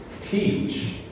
Teach